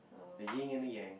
the yin and the yang